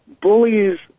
bullies